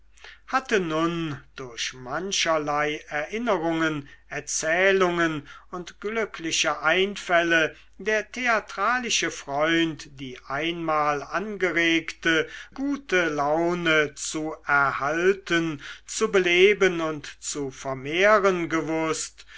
hatte nun durch mancherlei erinnerungen erzählungen und glückliche einfälle der theatralische freund die einmal angeregte gute laune zu erhalten zu beleben und zu vermehren gewußt